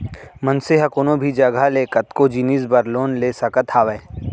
मनसे ह कोनो भी जघा ले कतको जिनिस बर लोन ले सकत हावय